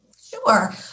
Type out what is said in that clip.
Sure